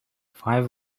five